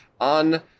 on